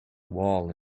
wall